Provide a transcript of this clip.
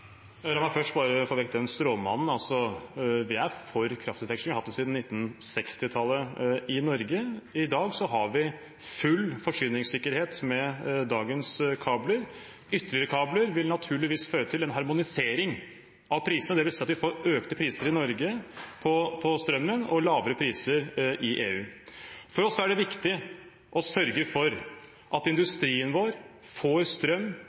La meg først bare få vekk den stråmannen: Vi er for kraftutveksling, vi har hatt det siden 1960-tallet i Norge. Vi har full forsyningssikkerhet med dagens kabler. Ytterligere kabler vil naturligvis føre til en harmonisering av prisene, dvs. at vi får økte priser på strøm i Norge, og at de får lavere priser i EU. For oss er det viktig å sørge for at industrien vår får strøm